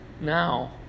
now